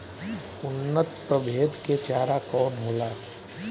उन्नत प्रभेद के चारा कौन होला?